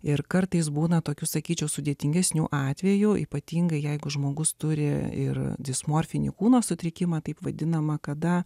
ir kartais būna tokių sakyčiau sudėtingesnių atvejų ypatingai jeigu žmogus turi ir dismorfinį kūno sutrikimą taip vadinama kada